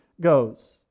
goes